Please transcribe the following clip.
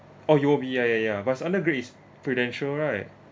oh U_O_B ya ya ya but it's under Great Eas~ Prudential right